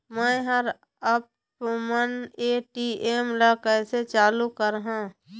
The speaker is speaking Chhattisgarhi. मैं हर आपमन ए.टी.एम ला कैसे चालू कराहां?